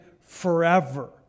forever